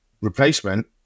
replacement